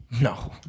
No